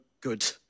good